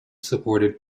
supported